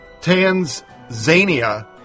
Tanzania